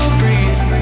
breathe